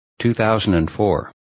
2004